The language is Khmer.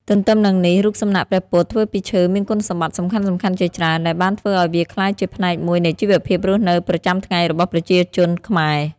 ទន្ទឹមនឹងនេះ រូបសំណាកព្រះពុទ្ធធ្វើពីឈើមានគុណសម្បត្តិសំខាន់ៗជាច្រើន ដែលបានធ្វើឱ្យវាក្លាយជាផ្នែកមួយនៃជីវភាពរស់នៅប្រចាំថ្ងៃរបស់ប្រជាជនខ្មែរ។